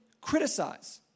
criticize